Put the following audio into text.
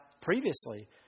previously